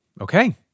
okay